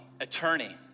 attorney